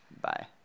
bye